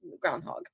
groundhog